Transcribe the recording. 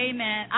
Amen